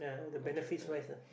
contractor